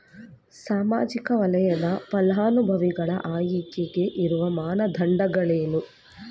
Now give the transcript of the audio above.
ಸಾಮಾಜಿಕ ವಲಯದ ಫಲಾನುಭವಿಗಳ ಆಯ್ಕೆಗೆ ಇರುವ ಮಾನದಂಡಗಳೇನು?